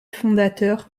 fondateur